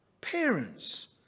parents